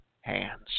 hands